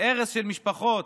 להרס של משפחות,